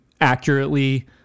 accurately